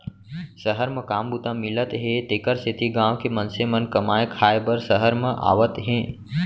सहर म काम बूता मिलत हे तेकर सेती गॉँव के मनसे मन कमाए खाए बर सहर म आवत हें